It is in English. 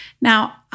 Now